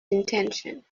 intention